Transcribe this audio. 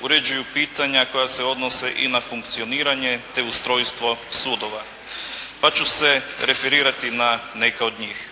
uređuju pitanja koja se odnose i funkcioniranje te ustrojstvo sudova. Pa ću se referirati na neka od njih.